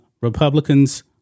Republicans